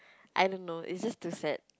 I don't know is just too sad